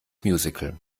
musical